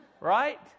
Right